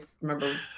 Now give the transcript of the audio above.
remember